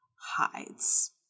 hides